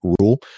rule